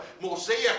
Mosaic